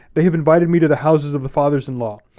they have invited me to the houses of the fathers-in-law.